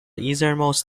easternmost